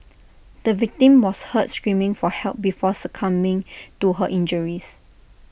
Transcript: the victim was heard screaming for help before succumbing to her injuries